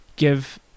Give